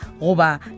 Roba